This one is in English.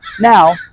Now